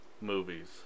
movies